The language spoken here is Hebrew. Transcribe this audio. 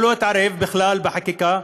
הוא לא התערב בכלל בחקיקה,